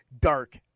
dark